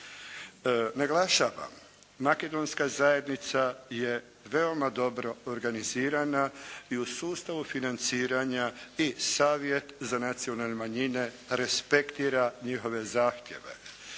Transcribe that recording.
Naglašavam, Makedonska zajednica je veoma dobro organizirana i u sustavu financirana i Savjet za nacionalne manjine respektira njihove zahtjeve.